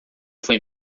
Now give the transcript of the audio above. foi